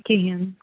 کِہیٖنۍ